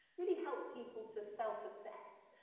really help people to self assess